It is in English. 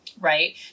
right